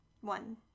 one